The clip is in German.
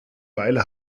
weile